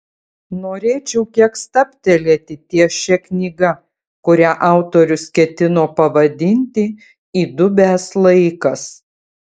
norėčiau kiek stabtelėti ties šia knyga kurią autorius ketino pavadinti įdubęs laikas